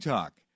Talk